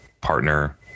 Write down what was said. partner